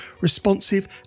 responsive